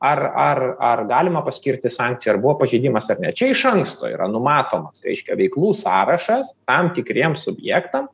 ar ar ar galima paskirti sankciją ar buvo pažeidimas ar ne čia iš anksto yra numatomas reiškia veiklų sąrašas tam tikriem subjektam